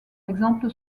exemple